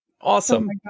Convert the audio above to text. Awesome